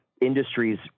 industries